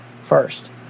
First